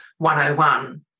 101